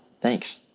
thanks